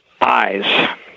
eyes